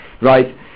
right